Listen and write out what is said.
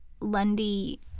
Lundy